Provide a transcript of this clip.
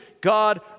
God